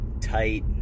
tight